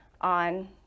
on